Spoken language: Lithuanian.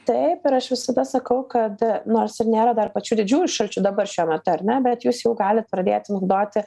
taip ir aš visada sakau kad nors ir nėra dar pačių didžiųjų šalčių dabar šiuo metu ar ne bet jūs jau galit pradėti naudoti